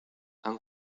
han